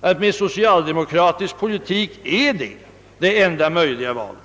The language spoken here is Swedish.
att med socialdemokratisk politik är detta det enda möjliga valet.